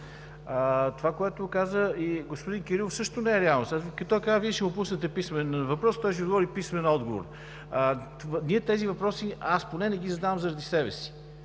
Това, което каза и господин Кирилов, също не е реалност. Той казва: „Вие ще пуснете писмен въпрос, той ще отговори писмен отговор.“ Тези въпроси, аз поне, не ги задавам заради себе си.